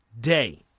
day